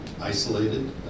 isolated